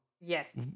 Yes